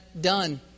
done